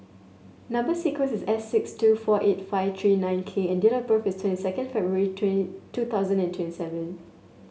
number sequence is S six two four eight five three nine K and date of birth is twenty second February two thousand and twenty seven